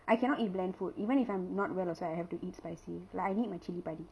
I cannot eat bland food even if I'm not well also I have to eat spicy like I need my chili padi